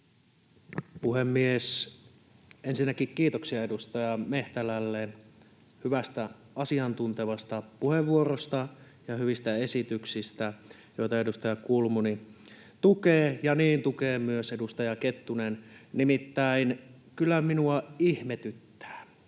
Puhemies! Ensinnäkin kiitoksia edustaja Mehtälälle hyvästä, asiantuntevasta puheenvuorosta ja hyvistä esityksistä, joita edustaja Kulmuni tukee, ja niin tukee myös edustaja Kettunen. Nimittäin kyllä minua ihmetyttää.